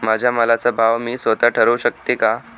माझ्या मालाचा भाव मी स्वत: ठरवू शकते का?